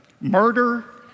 Murder